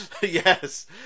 yes